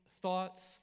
thoughts